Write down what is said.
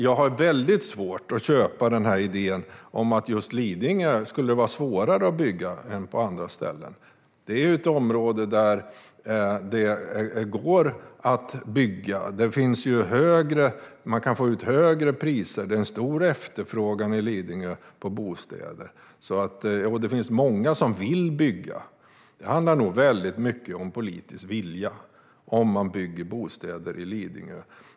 Jag har väldigt svårt att köpa idén om att det skulle vara svårare att bygga just på Lidingö än på andra ställen. Det är ju ett område där det går att bygga. Man kan få ut högre priser. Det finns en stor efterfrågan på bostäder på Lidingö, och det finns många som vill bygga. Huruvida man bygger bostäder på Lidingö handlar nog väldigt mycket om politisk vilja.